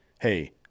Hey